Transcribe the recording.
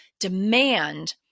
Demand